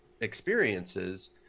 experiences